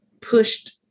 pushed